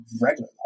regular